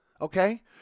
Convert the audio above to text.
okay